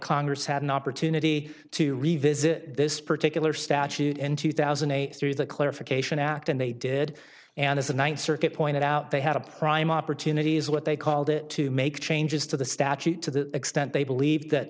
congress had an opportunity to revisit this particular statute in two thousand and eight through the clarification act and they did and as the ninth circuit pointed out they had a prime opportunity as what they called it to make changes to the statute to the extent they believe that